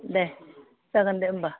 दे जागोन दे होमबा